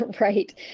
Right